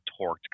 torqued